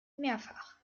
mehrfach